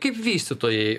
kaip vystytojai